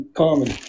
common